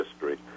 history